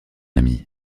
ami